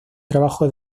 trabajo